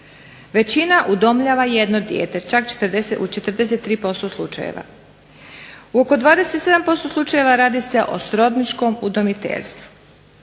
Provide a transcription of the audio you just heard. Većina udomljava jedno dijete, čak u 43% slučajeva. U oko 27% slučajeva radi se o srodničkom udomiteljstvu.